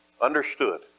understood